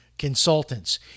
consultants